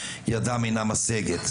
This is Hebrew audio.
ידם אינם משגת,